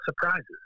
surprises